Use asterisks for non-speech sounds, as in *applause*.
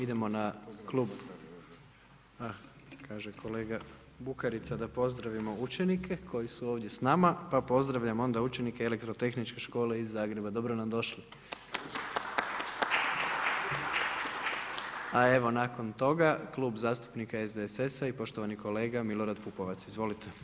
Idemo na …… [[Upadica sa strane, ne razumije se.]] A, kaže kolega Bukarica da pozdravimo učenike koji su ovdje s nama, pa pozdravljamo onda učenike Elektrotehničke škole iz Zagreba, dobro nam došli. *applause* A evo nakon toga, Klub zastupnika SDSS-a i poštovani kolega Milorad Pupovac, izvolite.